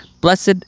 blessed